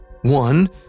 One